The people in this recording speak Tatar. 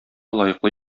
лаеклы